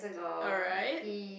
alright